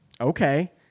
Okay